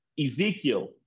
Ezekiel